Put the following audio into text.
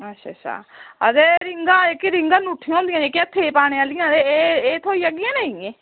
अच्छा छा एह् ते रिंगां रिंगां ङूठियां होंदियां जेह्कियां हत्थै पाने आह्लियां ते एह् एह् थ्होई जंदियां नेईं ऐ